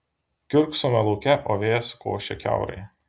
kiurksome lauke o vėjas košia kiaurai